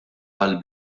għall